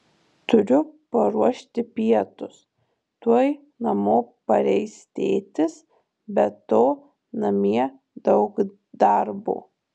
turiu paruošti pietus tuoj namo pareis tėtis be to namie daug darbo